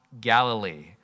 Galilee